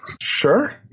Sure